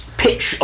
pitch